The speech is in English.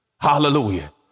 Hallelujah